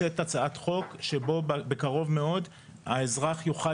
שיש הצעת חוק שבה בקרוב מאוד האזרח יוכל